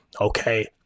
okay